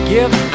Give